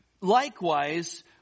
Likewise